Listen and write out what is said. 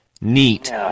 Neat